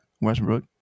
Westbrook